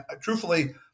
truthfully